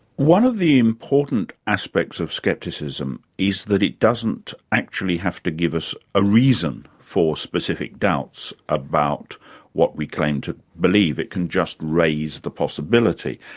one of the important aspects of scepticism is that it doesn't actually have to give us a reason for specific doubts about what we claim to believe. it can just raise the possibility.